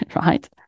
Right